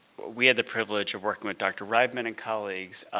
we had the privilege of working with dr. reibman and colleagues,